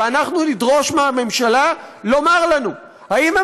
ואנחנו נדרוש מהממשלה לומר לנו האם הם